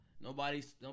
Nobody's